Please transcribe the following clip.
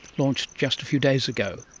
launched just a few days ago.